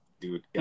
dude